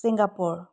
Singapore